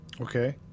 Okay